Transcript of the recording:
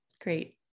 great